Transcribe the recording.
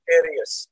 areas